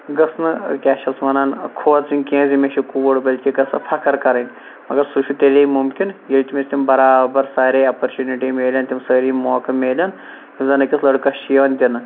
گٔژھ نہٕ کیا چھِس وَنان کھوژٕنۍ کینٛہہ زِ مےٚ چھِ کوٗر بلکہِ گٔژھ سۄ فخر کَرٕنۍ مَگَر سُہ چھُ تیٚلہِ مُمکِن ییٚلہِ تمس تِم بَرابَر سارے اپارچُنِٹی مِلَن تِم سٲری موقہٕ مِلَن یِم زَن أکِس لڑکَس چھِ یِوان دِنہٕ